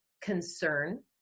concern